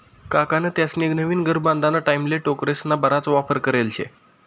काकान त्यास्नी नवीन घर बांधाना टाईमले टोकरेस्ना बराच वापर करेल शे